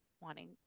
wanting